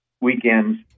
weekends